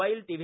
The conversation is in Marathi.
mobile T